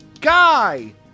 Guy